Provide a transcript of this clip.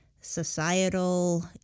societal